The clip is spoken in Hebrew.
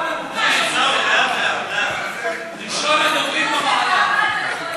ראשון הדוברים במעלה.